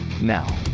now